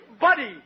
buddy